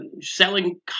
selling